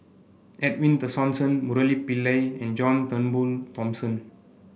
Edwin Tessensohn Murali Pillai and John Turnbull Thomson